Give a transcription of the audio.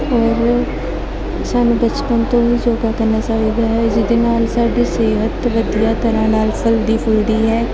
ਔਰ ਸਾਨੂੰ ਬਚਪਨ ਤੋਂ ਹੀ ਯੋਗਾ ਕਰਨਾ ਚਾਹੀਦਾ ਹੈ ਜਿਹਦੇ ਨਾਲ ਸਾਡੀ ਸਿਹਤ ਵਧੀਆ ਤਰ੍ਹਾਂ ਨਾਲ ਫਲਦੀ ਫੁਲਦੀ ਹੈ